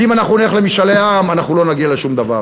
כי אם אנחנו נלך למשאלי עם אנחנו לא נגיע לשום דבר.